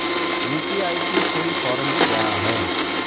UPI की full form क्या है?